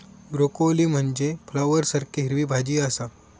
broccoli म्हनजे फ्लॉवरसारखी हिरवी भाजी आसा